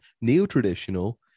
neo-traditional